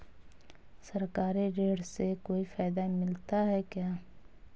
सरकारी ऋण से कोई फायदा मिलता है क्या?